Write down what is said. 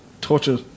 torture